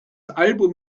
album